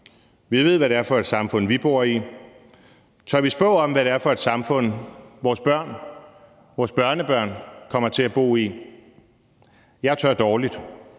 Vi ved, hvad det er for et samfund, vi bor i. Tør vi spå om, hvad det er for et samfund, vores børn og vores børnebørn kommer til at bo i? Jeg tør dårlig.